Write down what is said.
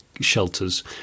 shelters